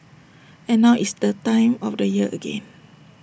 and now it's that time of the year again